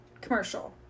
commercial